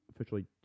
Officially